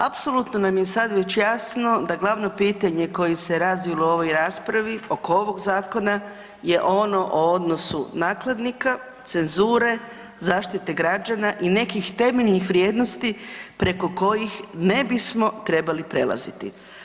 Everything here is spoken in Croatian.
Apsolutno nam je sad već jasno da glavno pitanje koje se razvilo u ovoj raspravi oko ovog zakona je ono o odnosu nakladnika, cenzure, zaštite građana i nekih temeljnih vrijednosti preko kojih ne bismo trebali prelaziti.